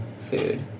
food